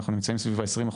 אנו נמצאים סביב ה-20%.